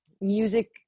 music